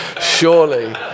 Surely